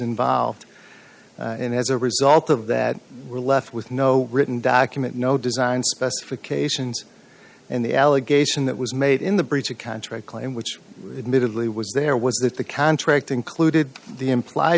involved and as a result of that we're left with no written document no design specifications and the allegation that was made in the breach of contract claim which admittedly was there was that the contract included the impl